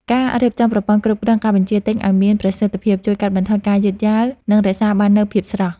ការរៀបចំប្រព័ន្ធគ្រប់គ្រងការបញ្ជាទិញឱ្យមានប្រសិទ្ធភាពជួយកាត់បន្ថយការយឺតយ៉ាវ និងរក្សាបាននូវភាពស្រស់។